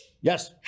Yes